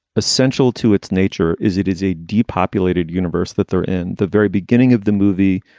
essential to its nature is it is a depopulated universe that they're in the very beginning of the movie.